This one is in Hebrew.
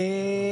הנורבגי.